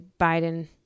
Biden